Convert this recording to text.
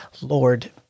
Lord